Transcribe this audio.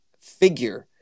figure